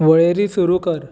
वळेरी सुरू कर